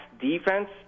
defense